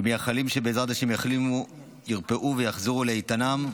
ומייחלים שבעזרת השם יחלימו, ירפאו ויחזרו לאיתנם.